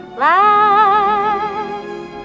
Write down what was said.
last